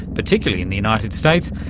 particularly in the united states,